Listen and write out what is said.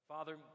Father